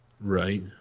Right